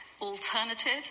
alternative